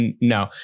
no